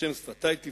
ה' שפתי תפתח